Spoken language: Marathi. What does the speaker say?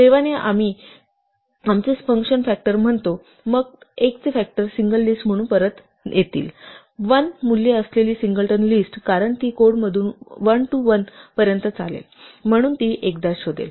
सुदैवाने आम्ही आमचे फंक्शन फॅक्टर म्हणतो मग 1 चे फॅक्टर सिंगल लिस्ट म्हणून परत येतील 1 मूल्य असलेली सिंगलटन लिस्ट कारण ती कोडमधून 1 ते 1 पर्यंत चालेल म्हणून ती एकदाच शोधेल